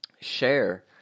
share